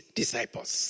disciples